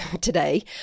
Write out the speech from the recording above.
today